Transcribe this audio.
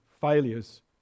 failures